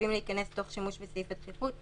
חייבים להיכנס תוך שימוש בסעיף הדחיפות,